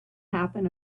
happen